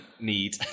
need